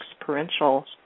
Experiential